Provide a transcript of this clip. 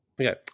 Okay